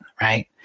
right